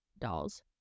dolls